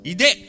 Ide